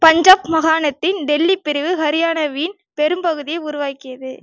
பஞ்சாப் மாகாணத்தின் டெல்லி பிரிவு ஹரியானாவின் பெரும்பகுதியை உருவாக்கியது